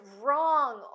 wrong